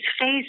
face